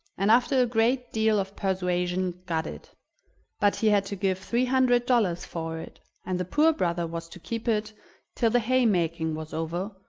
and after a great deal of persuasion got it but he had to give three hundred dollars for it, and the poor brother was to keep it till the haymaking was over,